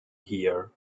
here